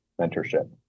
mentorship